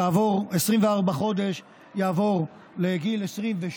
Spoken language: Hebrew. כעבור 24 חודש יעבור לגיל 22,